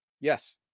Yes